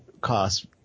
cost